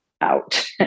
out